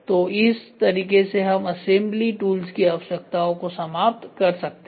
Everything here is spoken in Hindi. तो इस तरीके से हम असेंबली टूल्स की आवश्यकताओं को समाप्त कर सकते हैं